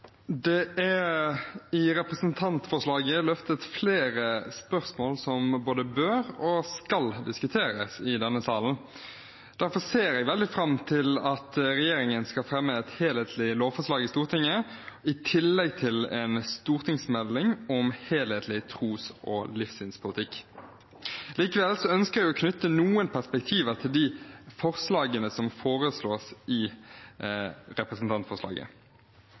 Det er i representantforslaget løftet fram flere forslag som både bør og skal diskuteres i denne salen. Derfor ser jeg veldig fram til at regjeringen skal fremme et helhetlig lovforslag i Stortinget, i tillegg til en stortingsmelding om en helhetlig tros- og livssynspolitikk. Likevel ønsker jeg å knytte noen perspektiver til de forslagene som fremmes i representantforslaget.